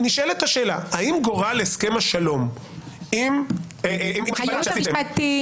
נשאלת השאלה האם גורל הסכם השלום עם החיזבאללה שעשיתם עם הסכם הגז,